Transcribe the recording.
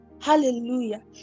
Hallelujah